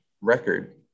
record